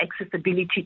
accessibility